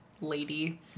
Lady